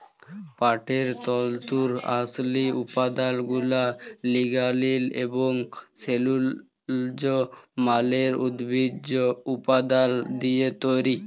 পাটের তল্তুর আসলি উৎপাদলগুলা লিগালিল এবং সেলুলজ লামের উদ্ভিজ্জ উপাদাল দিঁয়ে তৈরি